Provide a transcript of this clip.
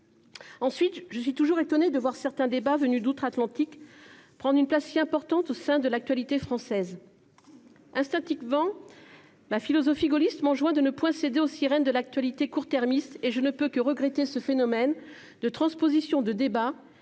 Ensuite, je suis toujours étonnée de voir certains débats venus d'outre-Atlantique prendre une place si importante au sein de l'actualité française. Instinctivement, ma philosophie gaulliste m'enjoint de ne point céder aux sirènes de l'actualité court-termiste et je ne peux que regretter ce phénomène de transposition de débats